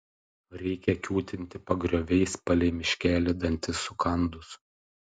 reikia kiūtinti pagrioviais palei miškelį dantis sukandus